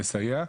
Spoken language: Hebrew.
לסייע,